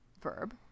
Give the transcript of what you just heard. verb